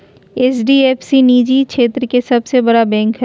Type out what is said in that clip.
HDF सी निजी क्षेत्र के सबसे बड़ा बैंक हय